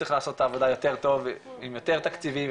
צריך לעשות את העבודה יותר טוב ועם יותר תקציבים,